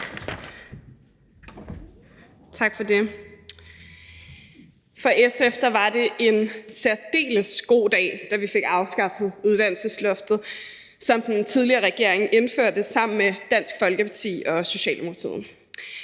For SF var det en særdeles god dag, da vi fik afskaffet uddannelsesloftet, som den tidligere regering indførte sammen med Dansk Folkeparti og Socialdemokratiet.